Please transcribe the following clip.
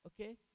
Okay